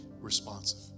responsive